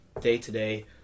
day-to-day